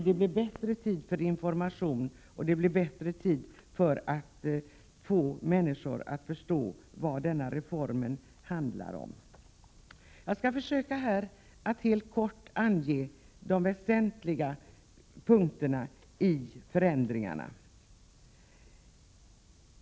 Det blir bättre tid för information, och det blir bättre tid för att få människor att förstå vad denna reform handlar om. Jag skall försöka att här helt kort ange de väsentliga punkterna i förändringarna.